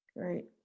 Great